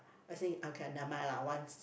I think okay never mind lah once